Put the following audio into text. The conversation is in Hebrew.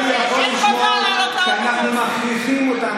איך הוא יכול לשמור כשאנחנו מכריחים אותו,